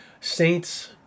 Saints